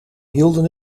hielden